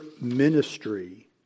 ministry